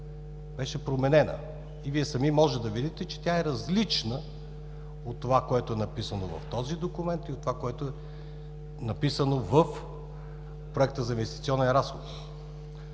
беше променена и Вие сами може да видите, че тя е различна от това, което е написано в този документ, и от това, което е написано в Проекта за инвестиционен разход.